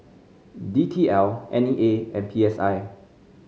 D T L N E A and P S I